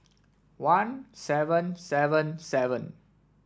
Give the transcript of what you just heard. one seven seven seven